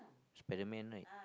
Spiderman right